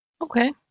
Okay